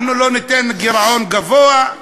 אנחנו לא ניתן שיהיה גירעון גבוה,